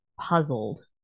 puzzled